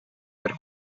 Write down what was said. per